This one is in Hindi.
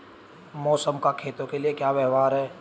मौसम का खेतों के लिये क्या व्यवहार है?